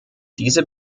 diese